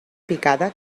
picada